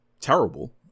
terrible